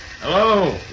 Hello